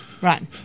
right